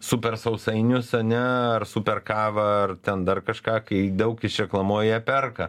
super sausainius ane ar super kavą ar ten dar kažką kai daug išreklamuoja ją perka